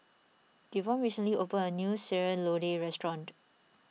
Devon recently opened a new Sayur Lodeh restaurant